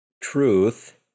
truth